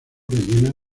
rellena